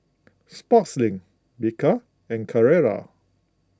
Sportslink Bika and Carrera